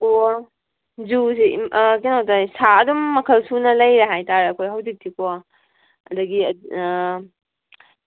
ꯑꯣ ꯖꯨꯁꯦ ꯀꯩꯅꯣ ꯇꯧꯋꯦ ꯁꯥ ꯑꯗꯨꯝ ꯃꯈꯜ ꯁꯨꯅ ꯂꯩꯌꯦ ꯍꯥꯏꯇꯥꯔꯦ ꯑꯩꯈꯣꯏ ꯍꯧꯖꯤꯛꯇꯤꯀꯣ ꯑꯗꯒꯤ